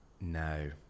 No